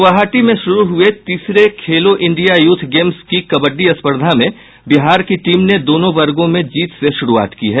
गुवाहाटी में शुरू हुए तीसरे खेलो इंडिया यूथ गेम्स की कबड्डी स्पर्धा में बिहार की टीम ने दोनों वर्गों में जीत से शुरूआत की है